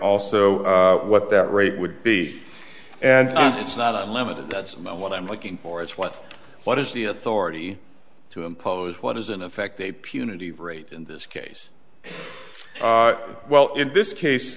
also what that rate would be and it's not unlimited that's what i'm looking for it's what what is the authority to impose what is in effect a punitive rate in this case well in this case